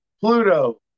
Pluto